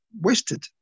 wasted